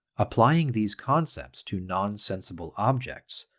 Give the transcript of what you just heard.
applying these concepts to nonsensible objects,